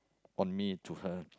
on me to her